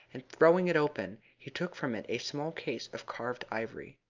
and, throwing it open, he took from it a small case of carved ivory.